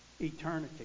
eternity